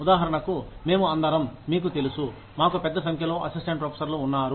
ఉదాహరణకు మేము అందరం మీకు తెలుసు మాకు పెద్ద సంఖ్యలో అసిస్టెంట్ ప్రొఫెసర్లు ఉన్నారు